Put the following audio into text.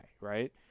right